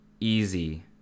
easy